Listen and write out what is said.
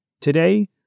Today